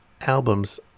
albums